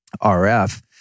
RF